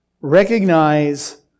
recognize